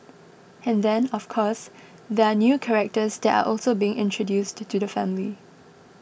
and then of course there are new characters that are also being introduced to the family